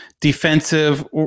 defensive